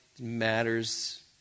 matters